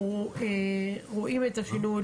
אנחנו רואים את השינוי.